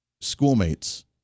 schoolmates